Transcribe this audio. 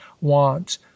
want